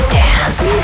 dance